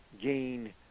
gain